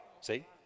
see